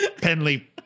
Penley